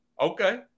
okay